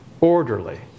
orderly